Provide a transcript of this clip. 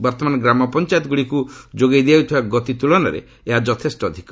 ବର୍ତ୍ତମାନ ଗ୍ରାମପଞ୍ଚାୟତଗୁଡ଼ିକୁ ଯୋଗାଇ ଦିଆଯାଉଥିବା ଗତି ତୁଳନାରେ ଏହା ଯଥେଷ୍ଟ ଅଧିକ